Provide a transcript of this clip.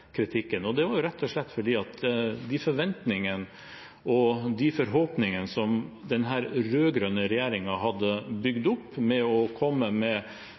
kritikken. Det var rett og slett fordi de forventningene og de forhåpningene som den rød-grønne regjeringen hadde bygd opp gjennom å komme med